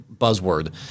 buzzword